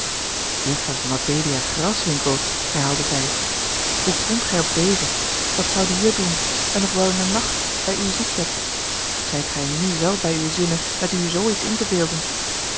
juffer mabelia graswinckel herhaalde zij hoe komt gij op deze wat zou die hier doen en nog wel in den nacht bij uw ziekbed zijt gij nù wel bij uwe zinnen met u zoo iets in te beelden